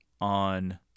on